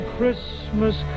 Christmas